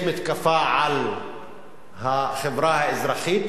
יש מתקפה על החברה האזרחית,